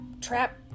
trap